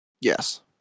Yes